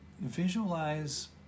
visualize